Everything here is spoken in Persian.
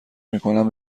میکنم